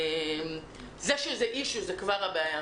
העובדה שזה אישיו זה כבר הבעיה,